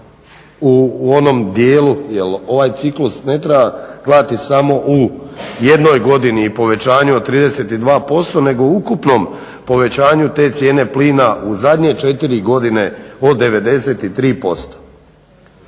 u onom dijelu jer ovaj ciklus ne treba gledati samo u jednoj godini i povećanje od 32% nego u ukupnom povećanju te cijene plina u zadnje četiri godine od 93%.